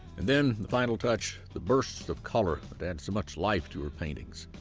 and then the final touch, the bursts of color that add so much life to her paintings.